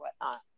whatnot